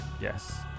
Yes